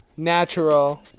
Natural